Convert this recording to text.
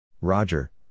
Roger